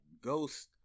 Ghost